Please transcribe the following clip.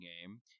game